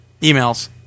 Emails